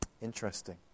Interesting